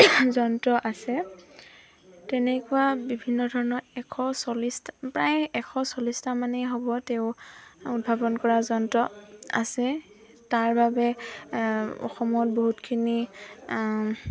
যন্ত্ৰ আছে তেনেকুৱা বিভিন্ন ধৰণৰ এশ চল্লিছটা প্ৰায় এশ চল্লিছটা মানেই হ'ব তেওঁ উদ্ভাৱন কৰা যন্ত্ৰ আছে তাৰ বাবে অসমত বহুতখিনি